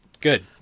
good